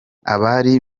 abari